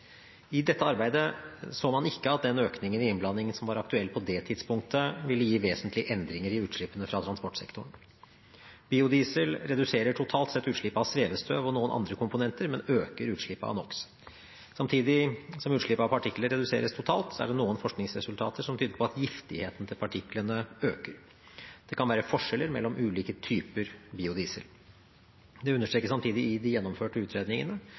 I dette arbeidet så man ikke at den økningen i innblanding som var aktuell på det tidspunktet, ville gi vesentlige endringer i utslippene fra transportsektoren. Biodiesel reduserer totalt sett utslippet av svevestøv og noen andre komponenter, men øker utslippet av NO x . Samtidig som utslippet av partikler reduseres totalt, er det noen forskningsresultater som tyder på at giftigheten til partiklene øker. Det kan være forskjeller mellom ulike typer biodiesel. Det understrekes samtidig i de gjennomførte utredningene